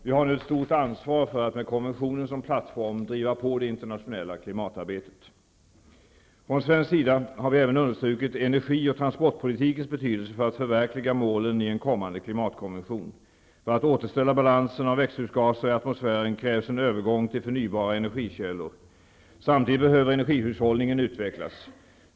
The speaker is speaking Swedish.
Vi har nu ett stort ansvar för att med konventionen som plattform driva på det internationella klimatarbetet. Från svensk sida har vi även understrukit energioch transportpolitikens betydelse för att förverkliga målen i en kommande klimatkonvention. För att återställa balansen av växthusgaser i atmosfären krävs en övergång till förnybara energikällor. Samtidigt behöver energihushållningen utvecklas.